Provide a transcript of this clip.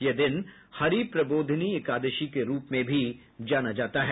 यह दिन हरि प्रबोधिनी एकादशी के रूप में भी जाना जाता है